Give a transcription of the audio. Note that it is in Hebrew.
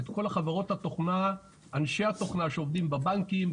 את כל חברות התוכנה אנשי התוכנה שעובדים בבנקים,